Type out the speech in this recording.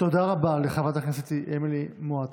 תודה רבה לחברת הכנסת אמילי מואטי.